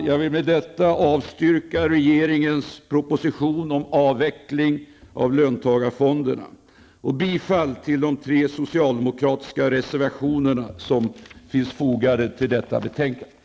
Jag vill med detta avstyrka regeringens proposition om avveckling av löntagarfonderna och yrka bifall till de tre socialdemokratiska reservationer som fogats till betänkandet.